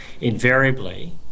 invariably